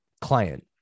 client